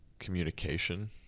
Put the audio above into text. communication